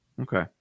Okay